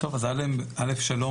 שלום,